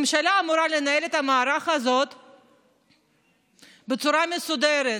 הממשלה אמורה לנהל את המערך הזה בצורה מסודרת.